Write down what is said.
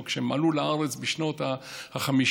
כשהם עלו לארץ בשנות ה-50,